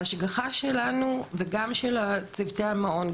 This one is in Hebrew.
ההשגחה שלנו וגם צוותי המעון,